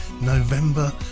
November